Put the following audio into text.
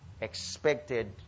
expected